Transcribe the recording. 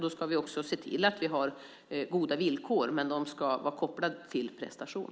Då ska vi också se till att vi har goda villkor, men de ska vara kopplade till prestation.